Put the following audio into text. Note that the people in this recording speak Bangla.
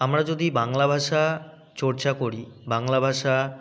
আমরা যদি বাংলা ভাষা চর্চা করি বাংলা ভাষা